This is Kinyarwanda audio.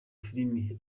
filime